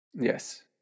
Yes